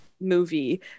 movie